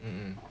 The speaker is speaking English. hmm